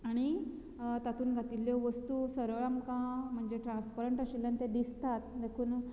आनी तातूंत घातिल्यो वस्तू सरळ आमकां म्हणजे ट्रास्परंट आशिल्यान दिसतात देखून